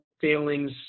failings